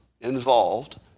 involved